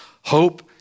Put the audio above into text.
hope